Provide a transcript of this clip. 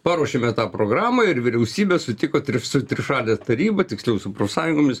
paruošėme tą programą ir vyriausybė sutiko tris su trišale taryba tiksliau su profsąjungomis